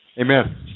Amen